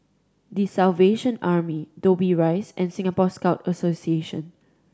The Salvation Army Dobbie Rise and Singapore Scout Association